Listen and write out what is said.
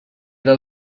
del